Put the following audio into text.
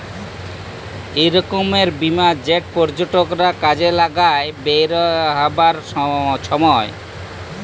ইক রকমের বীমা যেট পর্যটকরা কাজে লাগায় বেইরহাবার ছময়